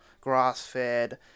grass-fed